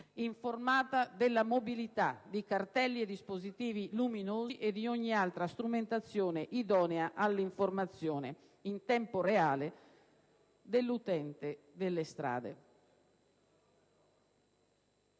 informata della mobilità, di cartelli e dispositivi luminosi e di ogni altra strumentazione idonea all'informazione, in tempo reale, dell'utente delle strade.